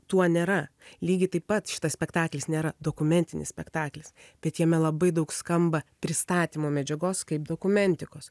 tuo nėra lygiai taip pat šitas spektaklis nėra dokumentinis spektaklis bet jame labai daug skamba pristatymo medžiagos kaip dokumentikos